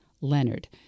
Leonard